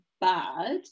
bad